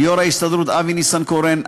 ליו"ר ההסתדרות אבי ניסנקורן,